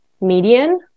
median